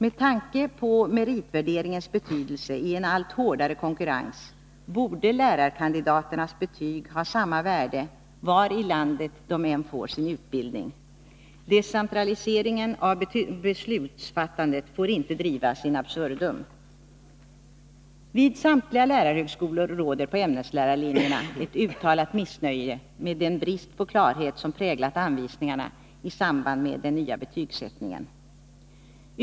Med tanke på meritvärderingens betydelse i en allt hårdare konkurrens borde lärarkandidaternas betyg ha samma värde var i landet lärarkandidaterna än genomför sin utbildning. Decentraliseringen av beslutsfattandet får inte drivas in absurdum. Vid samtliga lärarhögskolor råder på ämneslärarlinjerna ett uttalat missnöje med den brist på klarhet som präglat anvisningarna i samband med den nya betygsättningen.